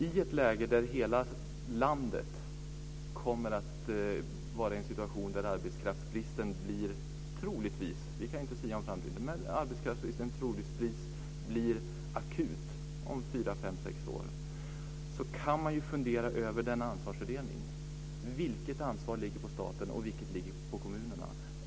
I ett läge där hela landet kommer att vara i en situation där arbetskraftsbristen troligtvis blir - vi kan ju inte sia om framtiden - akut om fyra fem sex år kan man ju fundera över ansvarsfördelningen, vilket ansvar som ligger på staten och vilket ansvar som ligger på kommunerna.